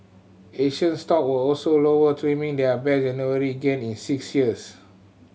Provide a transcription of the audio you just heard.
Asian stock were also lower trimming their best January gain in six years